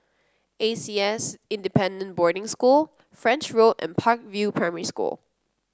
A C S Independent Boarding School French Road and Park View Primary School